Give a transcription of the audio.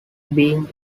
being